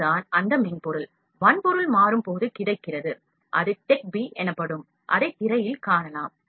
இது தான் அந்த மென்பொருள் வன்பொருள் மாறும்போது கிடைக்கிறது அது TECH B எனப்படும் அதை திரையில் காணலாம்